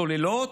צוללות,